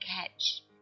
catch